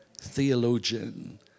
theologian